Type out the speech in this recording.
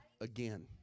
again